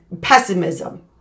pessimism